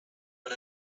but